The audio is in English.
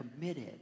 committed